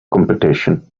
competition